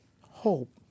hope